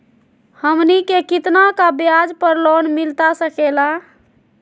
हमनी के कितना का ब्याज पर लोन मिलता सकेला?